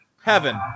Heaven